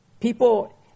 people